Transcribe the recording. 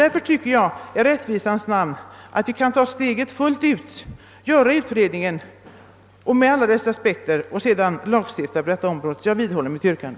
Därför tycker jag att vi i rättvisans namn kan ta steget fullt ut, göra en utredning som tar upp alla aspekterna på frågan och sedan lagstifta på detta område. Jag vidhåller mitt yrkande.